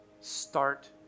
Start